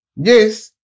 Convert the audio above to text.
Yes